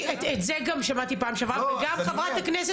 את זה גם שמעתי פעם שעברה וגם חברת הכנסת